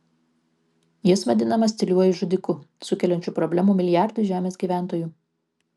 jis vadinamas tyliuoju žudiku sukeliančiu problemų milijardui žemės gyventojų